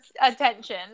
attention